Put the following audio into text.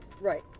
Right